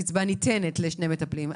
הקצבה הזאת ניתנת לשני מטפלים,